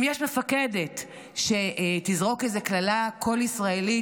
אם יש מפקדת שתזרוק איזה קללה כל-ישראלית,